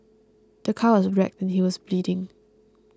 the car was wrecked and he was bleeding